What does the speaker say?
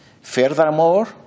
Furthermore